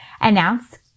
announce